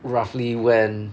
roughly when